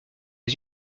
des